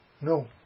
No